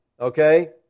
okay